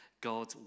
God